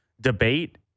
Debate